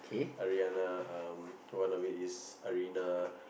Ariana um one of it is Arina